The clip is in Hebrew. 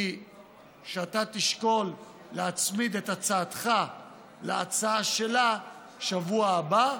היא שאתה תשקול להצמיד את הצעתך להצעה שלה בשבוע הבא,